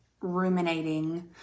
ruminating